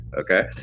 okay